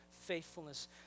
faithfulness